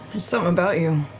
so about you.